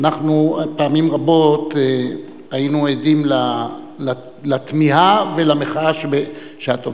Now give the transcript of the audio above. אנחנו פעמים רבות היינו עדים לתמיהה ולמחאה שאת אומרת.